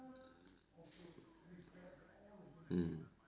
mm